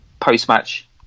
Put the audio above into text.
post-match